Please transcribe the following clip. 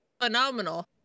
phenomenal